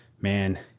man